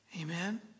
Amen